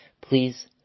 please